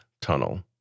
tunnel